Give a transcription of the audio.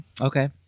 Okay